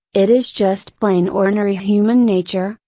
it is just plain ornery human nature,